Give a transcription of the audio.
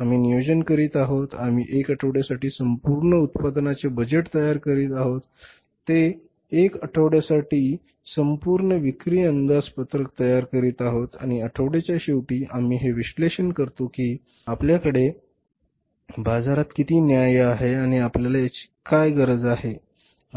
आम्ही नियोजन करीत आहोत आम्ही 1 आठवड्यासाठी संपूर्ण उत्पादनाचे बजेट तयार करीत आहोत ते 1 आठवड्यासाठी संपूर्ण विक्री अंदाजपत्रक तयार करीत आहेत आणि आठवड्याच्या शेवटी आम्ही हे विश्लेषण करतो की आपल्याकडे बाजारात किती न्याय्य आहे आणि आपल्याला याची गरज आहे